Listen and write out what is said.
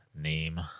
name